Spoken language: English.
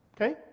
Okay